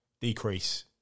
decrease